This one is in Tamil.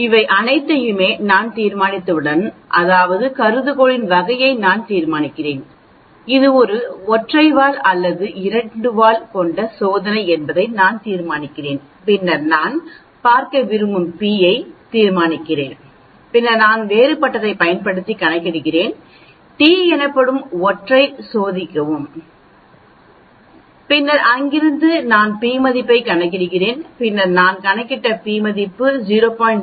இவை அனைத்தையும் நான் தீர்மானித்தவுடன் அதாவது கருதுகோளின் வகையை நான் தீர்மானிக்கிறேன் இது ஒரு ஒற்றை வால் அல்லது இரண்டு வால் கொண்ட சோதனை என்பதை நான் தீர்மானிக்கிறேன் பின்னர் நான் பார்க்க விரும்பும் p ஐ தீர்மானிக்கிறேன் பின்னர் நான் வேறுபட்டதைப் பயன்படுத்தி கணக்கிடுகிறேன் t எனப்படும் ஒன்றைச் சோதிக்கவும் பின்னர் அங்கிருந்து நான் p மதிப்பாகக் கணக்கிடுவேன் பின்னர் நான் கணக்கிட்ட p மதிப்பு 0